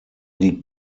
die